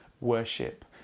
Worship